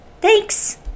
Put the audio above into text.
Thanks